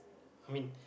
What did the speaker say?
I mean